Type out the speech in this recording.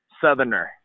Southerner